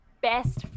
Best